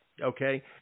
okay